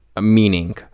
meaning